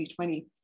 2020